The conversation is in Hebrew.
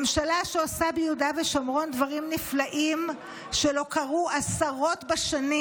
ממשלה שעושה ביהודה ושומרון דברים נפלאים שלא קרו עשרות בשנים: